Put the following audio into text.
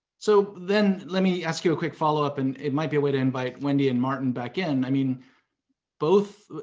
so, then, let me ask you a quick followup and it might be a way to invite wendy and martin back in. i mean both,